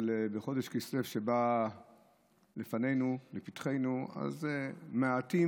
אבל בחודש כסלו שבא לפתחנו מעטים,